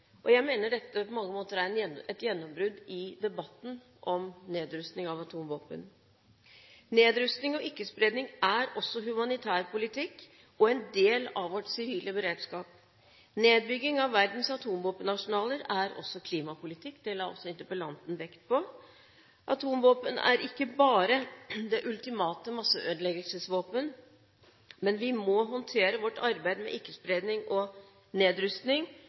Jeg mener dette på mange måter er et gjennombrudd i debatten om nedrustning av atomvåpen. Nedrustning og ikke-spredning er også humanitær politikk, og en del av vår sivile beredskap. Nedbygging av verdens atomvåpenarsenaler er også klimapolitikk – det la også interpellanten vekt på. Atomvåpen er ikke bare det ultimate masseødeleggelsesvåpen, men vi må håndtere vårt arbeid med ikke-spredning og nedrustning